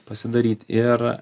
pasidaryt ir